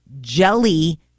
jelly